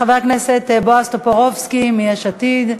חבר הכנסת בועז טופורובסקי מיש עתיד,